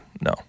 No